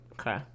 Okay